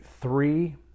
three